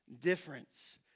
difference